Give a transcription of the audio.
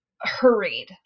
hurried